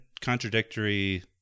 contradictory